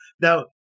Now